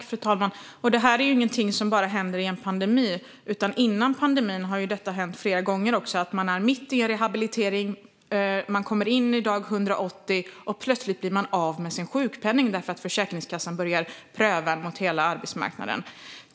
Fru talman! Det här är ingenting som bara händer i en pandemi. Före pandemin har detta hänt flera gånger. Man är mitt i en rehabilitering och kommer in i dag 180. Plötsligt blir man av med sin sjukpenning därför att Försäkringskassan börjar pröva mot hela arbetsmarknaden.